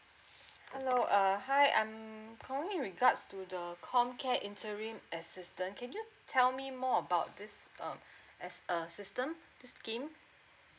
hello uh hi I'm calling regards to the com care interim assistant can you tell me more about this um as err system scheme